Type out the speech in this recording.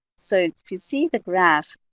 so if you see the graph,